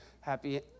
happy